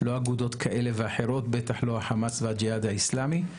לא אגודות כאלה ואחרות ובטח לא החמאס והג'יהאד האסלאמי.